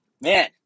man